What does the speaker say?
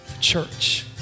church